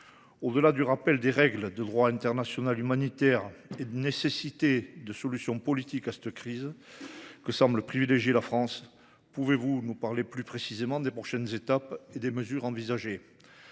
Au-delà du rappel des règles de droit international humanitaire et de la nécessité d’une solution politique à cette crise, voie que semble privilégier la France, pouvez-vous nous parler plus précisément des prochaines étapes et des mesures envisagées ?